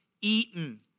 eaten